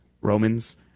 Romans